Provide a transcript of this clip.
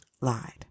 lied